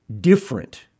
different